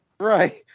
Right